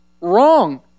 wrong